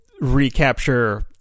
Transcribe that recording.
recapture